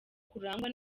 kurangwa